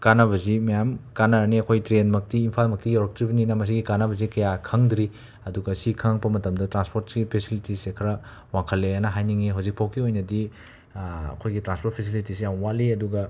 ꯀꯥꯟꯅꯕꯁꯤ ꯃꯌꯥꯝ ꯀꯥꯟꯅꯔꯅꯤ ꯑꯩꯈꯣꯏ ꯇ꯭ꯔꯦꯟꯃꯛꯇꯤ ꯏꯝꯐꯥꯜꯃꯛꯇꯤ ꯌꯧꯔꯛꯇ꯭ꯔꯤꯕꯅꯤꯅ ꯃꯁꯤꯒꯤ ꯀꯥꯟꯅꯕꯁꯤ ꯀꯌꯥ ꯈꯪꯗ꯭ꯔꯤ ꯑꯗꯨꯒ ꯁꯤ ꯈꯪꯂꯛꯄ ꯃꯇꯝꯗ ꯇ꯭ꯔꯥꯟꯁꯄꯣꯔꯠꯀꯤ ꯐꯦꯁꯤꯂꯤꯇꯤꯁꯦ ꯈꯔ ꯋꯥꯡꯈꯠꯂꯛꯑꯦꯅ ꯍꯥꯏꯅꯤꯡꯏ ꯍꯧꯖꯤꯛꯐꯥꯎꯒꯤ ꯑꯣꯏꯅꯗꯤ ꯑꯩꯈꯣꯏꯒꯤ ꯇ꯭ꯔꯥꯟꯄꯣꯔꯠ ꯐꯦꯁꯤꯂꯤꯇꯤꯁꯤ ꯌꯥꯝꯅ ꯋꯥꯠꯂꯤ ꯑꯗꯨꯒ